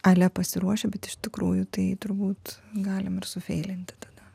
ale pasiruošę bet iš tikrųjų tai turbūt galim ir sufeilinti tada